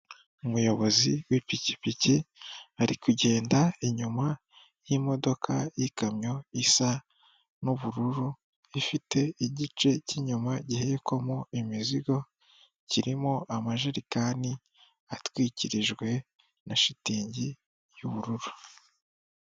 Umuyobozi w'ipikipiki, ari kugenda inyuma y'imodoka y'ikamyo isa n'ubururu, ifite igice cy'inyuma gihekwamo imizigo, kirimo amajerekani atwikirijwe na shitingi y'ubururu.